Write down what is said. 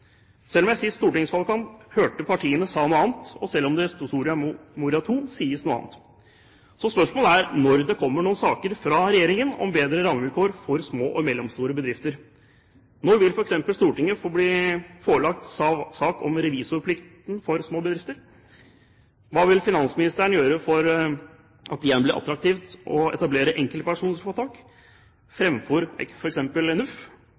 selv om jeg i siste stortingsvalgkamp hørte partiene si noe annet, og selv om det i Soria Moria II sies noe annet. Så spørsmålet er når det kommer noen saker fra regjeringen om bedre rammevilkår for små og mellomstore bedrifter. Når vil f.eks. Stortinget bli forelagt sak om revisorplikten for små bedrifter? Hva vil finansministeren gjøre for at det igjen blir attraktivt å etablere enkeltpersonforetak framfor f.eks. NUF,